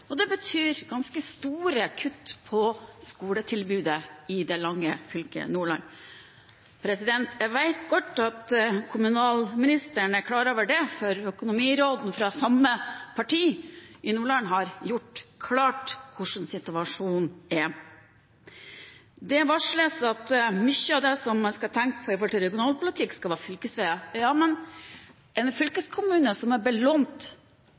og det betyr ganske store kutt i skoletilbudet i det lange fylket Nordland. Jeg vet godt at kommunalministeren er klar over det, for økonomiråden, fra samme parti, i Nordland har gjort klart hvordan situasjonen er. Det varsles at mye av det som man skal tenke på når det gjelder regionalpolitikk, skal være fylkesveier. Men hvordan skal en fylkeskommune som er belånt